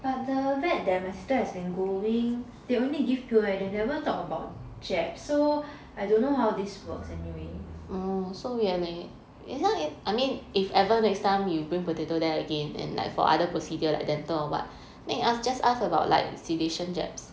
but the vet that my sister has been going they only give pill leh they never talk about jab so I don't know how this works anyway